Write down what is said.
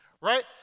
right